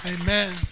Amen